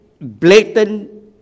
blatant